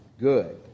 good